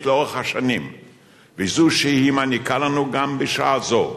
לאורך השנים וזו שהיא מעניקה לנו גם בשעה זו,